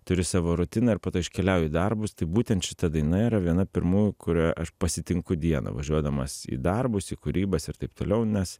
turi savo rutiną ir po to iškeliauji į darbus tai būtent šita daina yra viena pirmųjų kuria aš pasitinku dieną važiuodamas į darbus į kūrybas ir taip toliau nes